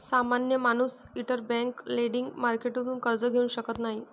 सामान्य माणूस interbank lending मार्केटतून कर्ज घेऊ शकत नाही